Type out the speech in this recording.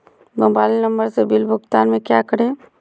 Mobile number से bill भुगतान में क्या करें?